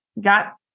got